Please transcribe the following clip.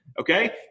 Okay